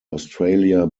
australia